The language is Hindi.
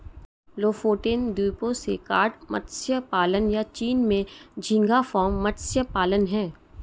लोफोटेन द्वीपों से कॉड मत्स्य पालन, या चीन में झींगा फार्म मत्स्य पालन हैं